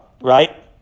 right